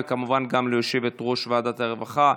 וכמובן גם ליושבת-ראש ועדת הרווחה,